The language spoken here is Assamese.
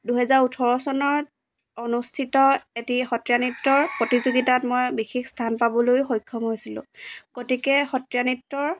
দুহেজাৰ ওঁঠৰ চনত অনুষ্ঠিত এটি সত্ৰীয়া নৃত্যৰ প্ৰতিযোগীতাত মই বিশেষ স্থান পাবলৈ সক্ষম হৈছিলোঁ গতিকে সত্ৰীয়া নৃত্যৰ